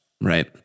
right